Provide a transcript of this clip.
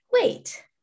wait